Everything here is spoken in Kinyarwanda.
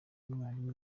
umwarimu